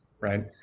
right